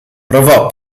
provò